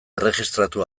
erregistratu